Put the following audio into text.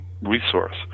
resource